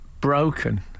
broken